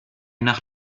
nach